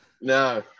No